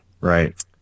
Right